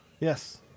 Yes